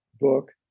book